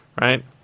right